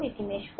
এটি মেশ 4